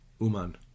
Uman